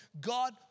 God